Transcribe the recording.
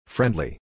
Friendly